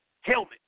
Helmet